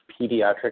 pediatric